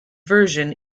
version